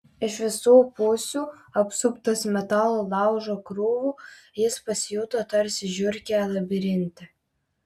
iš visų pusių apsuptas metalo laužo krūvų jis pasijuto tarsi žiurkė labirinte